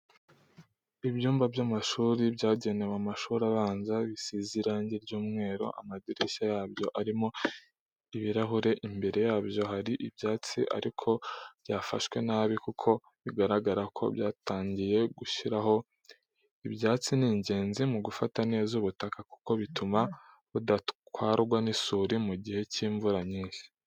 Ibyumba by'amashuri byagenewe amashuri abanza, bisize irangi ry'umweru, amadirishya yabyo arimo ibirahure, imbere yabyo hari ibyatsi ariko byafashwe nabi kuko bigaragara ko byatangiye gushiraho. Ibyatsi ni ingenzi mu gufata neza ubutaka kuko bituma budatwarwa n'isuri mu gihe cy'imvura nyinshi.